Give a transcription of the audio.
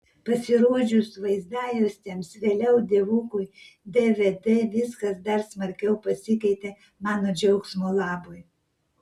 pasirodžius vaizdajuostėms vėliau dievukui dvd viskas dar smarkiau pasikeitė mano džiaugsmo labui